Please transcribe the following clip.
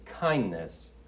kindness